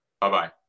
bye-bye